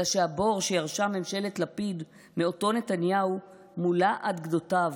אלא שהבור שירשה ממשלת לפיד מאותו נתניהו מולא עד גדותיו,